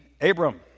Abram